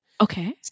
Okay